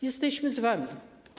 Jesteśmy z wami.